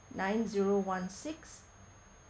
nine zero one six